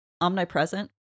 omnipresent